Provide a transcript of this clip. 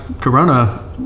corona